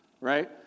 right